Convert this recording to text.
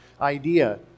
idea